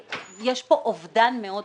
כי יש אובדן מאוד גדול.